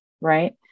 Right